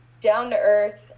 down-to-earth